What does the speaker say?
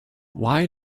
why